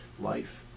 life